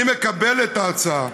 אני מקבל את ההצעה.